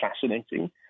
fascinating